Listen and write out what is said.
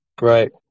Right